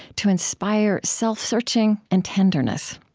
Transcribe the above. to inspire self-searching and tenderness.